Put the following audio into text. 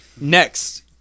Next